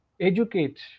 educate